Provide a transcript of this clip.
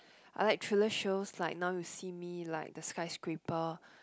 I like thriller shows like Now You See Me like the Skyscraper